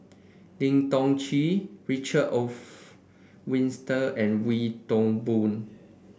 Lim Tiong Ghee Richard Olaf Winstedt and Wee Toon Boon